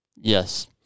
yes